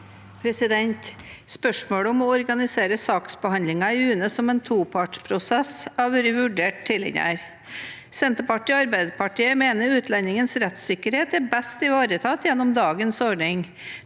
Spørsmålet om å organisere saksbehandlingen i UNE som en topartsprosess har vært vurdert tidligere. Senterpartiet og Arbeiderpartiet mener utlendingens rettssikkerhet er best ivaretatt gjennom dagens ordning,